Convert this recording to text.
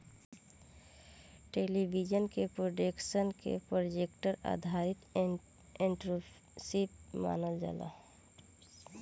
television production के project आधारित entrepreneurship मानल जाला